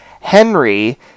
Henry